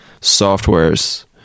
softwares